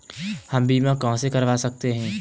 हम बीमा कहां से करवा सकते हैं?